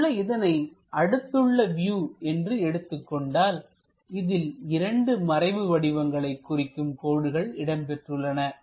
இங்குள்ள இதனை அடுத்துள்ள வியூ என்று எடுத்துக் கொண்டால் இதில் 2 மறைவு வடிவங்களை குறிக்கும் கோடுகள் இடம்பெற்றுள்ளன